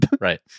Right